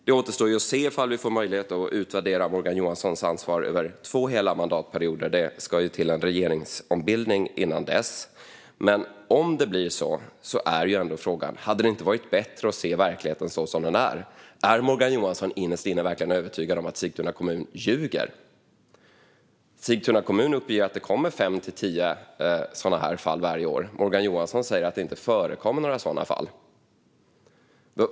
Det återstår att se om vi får möjlighet att utvärdera Morgan Johanssons ansvar över två hela mandatperioder. Det ska ju till en regeringsombildning innan dess. Men om det blir så är ändå frågan: Hade det inte varit bättre att se verkligheten som den är? Är Morgan Johansson innerst inne verkligen övertygad om att Sigtuna kommun ljuger? Sigtuna kommun uppger att det kommer fem till tio sådana här fall varje år. Morgan Johansson säger att det inte förekommer några sådana fall.